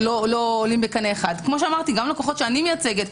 גם לקוחות שאני מייצגת,